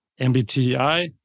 MBTI